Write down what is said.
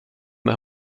med